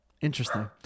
Interesting